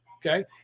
Okay